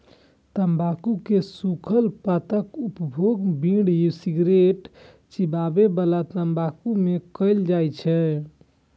तंबाकू के सूखल पत्ताक उपयोग बीड़ी, सिगरेट, चिबाबै बला तंबाकू मे कैल जाइ छै